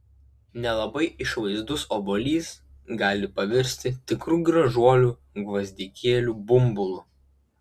nelabai išvaizdus obuolys gali pavirsti tikru gražuoliu gvazdikėlių bumbulu